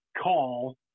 call